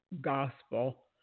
gospel